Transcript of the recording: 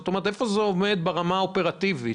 איפה זה עומד ברמה האופרטיבית?